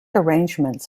arrangements